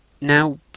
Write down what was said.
Now